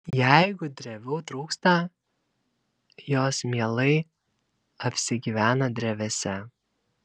jeigu drevių trūksta jos mielai apsigyvena drevėse